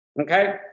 Okay